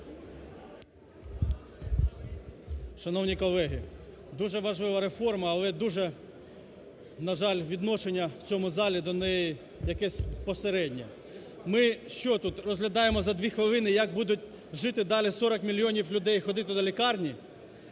Шановні колеги, дуже важлива реформа, але дуже, на жаль, відношення в цьому залі до неї якесь посереднє. Ми що, тут розглядаємо за дві хвилини, як будуть жити далі 40 мільйонів людей й ходити до лікарні?